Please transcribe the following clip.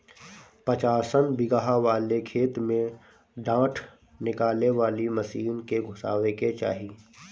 पचासन बिगहा वाले खेत में डाँठ निकाले वाला मशीन के घुसावे के चाही